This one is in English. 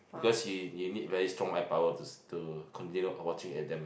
because you you need very strong eye power to to continue watching at them